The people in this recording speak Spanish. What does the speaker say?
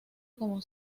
como